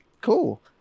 cool